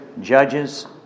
judges